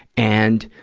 and,